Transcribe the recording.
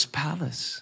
palace